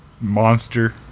Monster